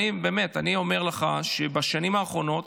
אני אומר לך שבשנים האחרונות,